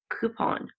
coupon